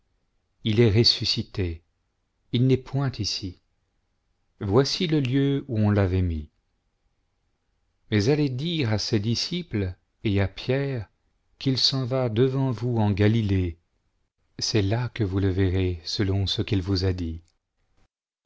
il est ressuscité il n'est point ici voici le lieu où on l'avait mis mais allez dire à ses disciples et à pierre qu'il s'en va devant vous en galilée cest là que vous le verrez selon ce qu'il vous a dit